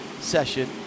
session